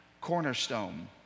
cornerstone